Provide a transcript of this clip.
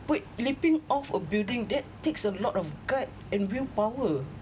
wait leaping off a building that takes a lot of gut and willpower